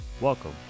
Welcome